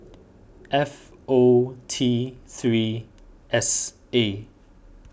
F O Tthree S A